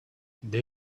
they